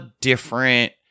different